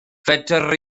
fedra